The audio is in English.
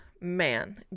Man